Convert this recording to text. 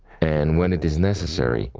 and when it is necessary,